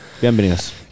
Bienvenidos